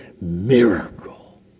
miracle